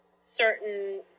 certain